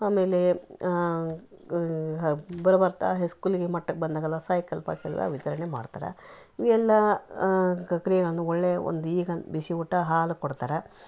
ಆಮೇಲೆ ಹ ಬರ್ ಬರ್ತಾ ಹೈ ಸ್ಕೂಲಿಗಿ ಮಟ್ಟಕ್ಕೆ ಬಂದಾಗೆಲ್ಲ ಸೈಕಲ್ ಪಾಕಲ್ ಎಲ್ಲ ವಿತರಣೆ ಮಾಡ್ತಾರ ಎಲ್ಲಾ ಕ್ರಿಯೆಗಳನ್ನು ಒಳ್ಳೆಯ ಒಂದು ಈಗ ಬಿಸಿ ಊಟ ಹಾಲು ಕೊಡ್ತಾರ